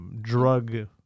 Drug